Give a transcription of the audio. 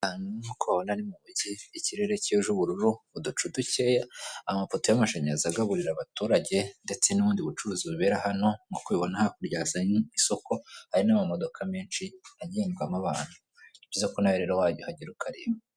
Nk'uko ubibona muki ikirere cyuje ubururu uducu dukeya, amapoto y'amashanyarazi agaburira abaturage, ndetse n'ubundi bucuruzi bubera hano nk'uko ubibona hakurya hari isoko ahanini, hari n'amamodoka menshi agengwamo n'abantu rero nawe wahagera ukareba.